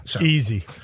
easy